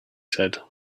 said